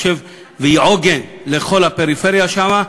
והיא עוגן לכל הפריפריה שם,